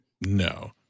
No